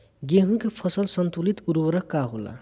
गेहूं के फसल संतुलित उर्वरक का होला?